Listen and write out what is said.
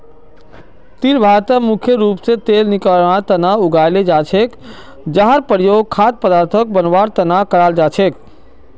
तिल भारतत मुख्य रूप स तेल निकलवार तना उगाल जा छेक जहार प्रयोग खाद्य पदार्थक बनवार तना कराल जा छेक